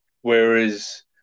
whereas